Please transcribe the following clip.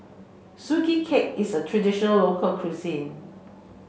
Sugee Cake is a traditional local cuisine